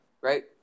right